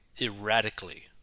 erratically